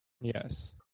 Yes